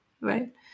right